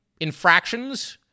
infractions—